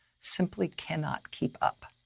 simply cannot keep up.